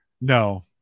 no